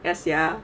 ya sia